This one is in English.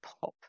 pop